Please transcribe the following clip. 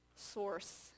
source